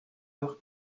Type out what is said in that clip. york